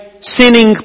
sinning